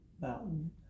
Mountain